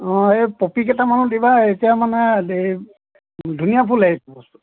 অঁ এই পপী কেইটামানো দিবা এতিয়া মানে দেই ধুনীয়া ফুলে এইটো বস্তু